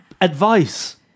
advice